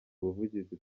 ubuvugizi